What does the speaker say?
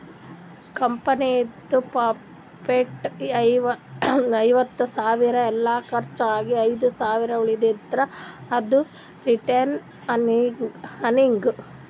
ಕಂಪನಿದು ಪ್ರಾಫಿಟ್ ಇಪ್ಪತ್ತ್ ಸಾವಿರ ಎಲ್ಲಾ ಕರ್ಚ್ ಆಗಿ ಐದ್ ಸಾವಿರ ಉಳಿತಂದ್ರ್ ಅದು ರಿಟೈನ್ಡ್ ಅರ್ನಿಂಗ್